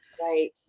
Right